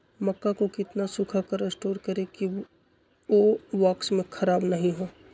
मक्का को कितना सूखा कर स्टोर करें की ओ बॉक्स में ख़राब नहीं हो?